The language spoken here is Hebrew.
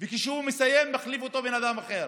וכשהוא מסיים מחליף אותו בן אדם אחר,